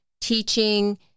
Teaching